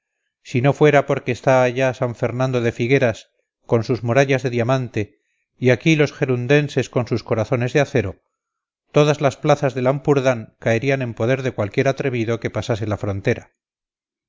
si no fuera porque está allí san fernando de figueras con sus murallas de diamante y aquí los gerundenses con sus corazones de acero todas las plazas del ampurdán caerían en poder de cualquier atrevido que pasase la frontera